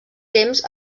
temps